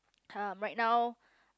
uh right now